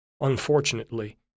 Unfortunately